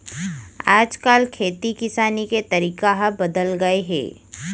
आज काल खेती किसानी के तरीका ह बदल गए हे